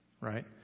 right